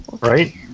Right